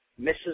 Mrs